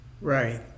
Right